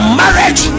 marriage